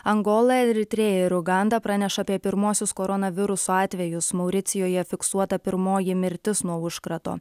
angola eritrėja ir uganda praneša apie pirmuosius koronaviruso atvejus mauricijuje fiksuota pirmoji mirtis nuo užkrato